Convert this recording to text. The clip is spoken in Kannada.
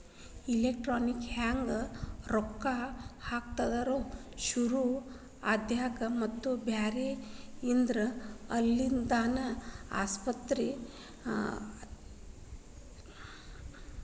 ಎಲೆಕ್ಟ್ರಾನಿಕ್ ನ್ಯಾಗ ರೊಕ್ಕಾ ಹಾಕೊದ್ ಶುರು ಆದ್ಮ್ಯಾಲೆ ಮಕ್ಳು ಬ್ಯಾರೆ ಇದ್ರ ಅಲ್ಲಿಂದಾನ ಆಸ್ಪತ್ರಿ ಬಿಲ್ಲ್ ಕಟ ಬಿಡ್ಬೊದ್